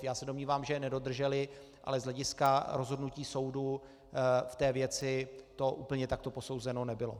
Já se domnívám, že je nedodrželi, ale z hlediska rozhodnutí soudu v té věci to úplně takto posouzeno nebylo.